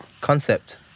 Concept